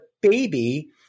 baby